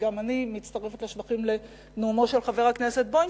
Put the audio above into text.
וגם אני מצטרפת לשבחים לנאומו של חבר הכנסת בוים,